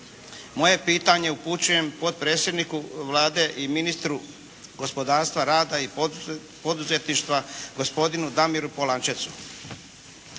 Moje pitanje upućujem potpredsjedniku Vlade i ministru gospodarstva rada i poduzetništva, gospodinu Damiru Polančecu.